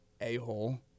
A-Hole